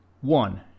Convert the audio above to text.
One